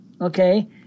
okay